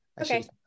Okay